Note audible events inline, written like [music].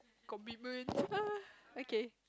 commitment [laughs] okay